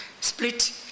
split